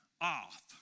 off